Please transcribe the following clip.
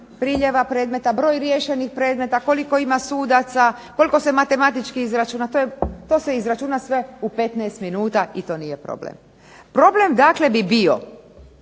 priljeva predmeta, broj riješenih predmeta, koliko ima sudaca, koliko se matematički izračuna, to se izračuna sve u 15 minuta i to nije problem. Problem dakle bi bio,